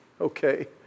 Okay